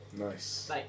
Nice